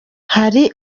hari